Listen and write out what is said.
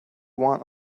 want